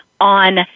on